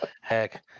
heck